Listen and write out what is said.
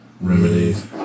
remedies